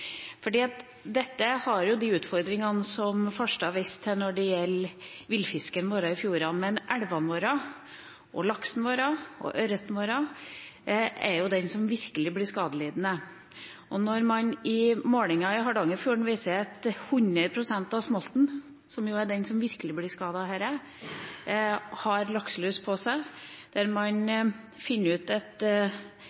de utfordringene som representanten Farstad viste til når det gjelder villfisken i fjordene, men elvene våre og laksen og ørreten vår er de som virkelig blir skadelidende. Når målinger i Hardangerfjorden viser at 100 pst. av smolten, som er den som virkelig blir skadet av dette, har lakselus på seg – man finner